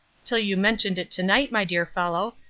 till you mentioned it to-night, my dear fellow,